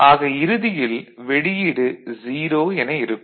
ஆக இறுதியில் வெளியீடு 0 என இருக்கும்